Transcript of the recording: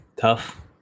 tough